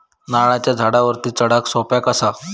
नारळाच्या झाडावरती चडाक सोप्या कसा?